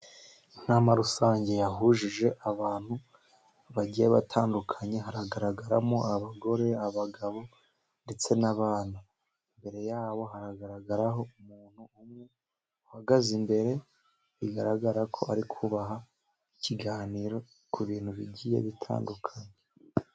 Inama rusange yahuje abantu bagiye batandukanye. Haragaragaramo abagore, abagabo ndetse n'abana. Imbere yabo haragaragaraho umuntu umwe uhagaze imbere, bigaragara ko ari kubaha ikiganiro ku bintu bigiye bitandukanye.